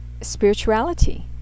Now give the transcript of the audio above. spirituality